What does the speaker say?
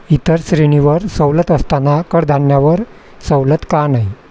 इतर श्रेणीवर सवलत असताना कडधान्यावर सवलत का नाही